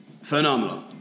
Phenomenal